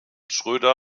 schröder